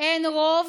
אין רוב.